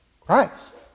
Christ